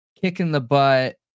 kick-in-the-butt